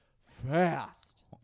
fast